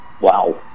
wow